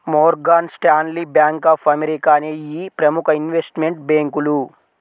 Morgan Stanley, bank of America అనేయ్యి ప్రముఖ investment బ్యేంకులు